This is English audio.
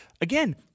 Again